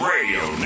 Radio